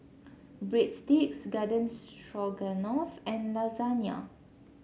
Breadsticks Garden Stroganoff and Lasagna